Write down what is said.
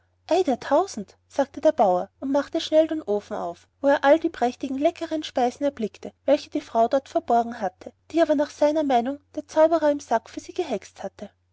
der tausend sagte der bauer und machte schnell den ofen auf wo er all die prächtigen leckern speisen erblickte welche die frau dort verborgen hatte die aber nach seiner meinung der zauberer im sack für sie gehext hatte